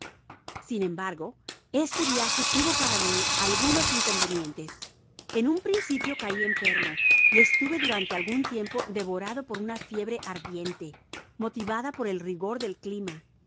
sin embargo este viaje tuvo para mi algunos inconvenientes en un principio cai enfermo y estuve durante algun tiempo devorado por una fiebre ardiente motivada por el rigor del clima